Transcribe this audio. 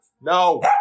No